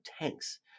tanks